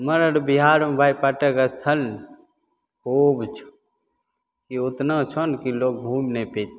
हमर आओर बिहारमे भाइ पर्यटक अस्थल खूब छऽ ई ओतना छऽ ने कि लोक घुमि नहि पएतै